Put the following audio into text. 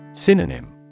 Synonym